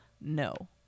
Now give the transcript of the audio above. no